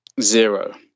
zero